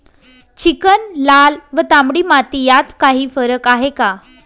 Chicken, लाल व तांबडी माती यात काही फरक आहे का?